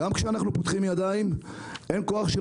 גם כשאנחנו פותחים ידיים אין כוח של